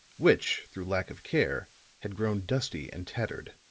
which through lack of care had grown dusty and tattered.